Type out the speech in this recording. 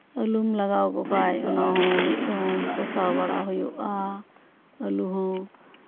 ᱟᱹᱞᱩᱢ ᱞᱟᱜᱟᱣ ᱟᱠᱚ ᱠᱷᱟᱱ ᱚᱱᱟᱦᱚᱸ ᱢᱤᱫ ᱫᱷᱟᱣ ᱠᱚᱥᱟᱣ ᱵᱟᱲᱟ ᱦᱩᱭᱩᱜᱼᱟ ᱟᱹᱞᱩ ᱦᱚᱸ